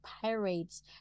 pirates